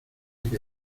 que